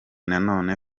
nanone